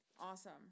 Awesome